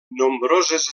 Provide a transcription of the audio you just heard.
nombroses